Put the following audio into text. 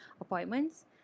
appointments